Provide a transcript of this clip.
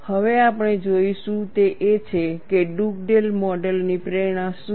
હવે આપણે જે જોઈશું તે એ છે કે ડુગડેલ મોડલ ની પ્રેરણા શું છે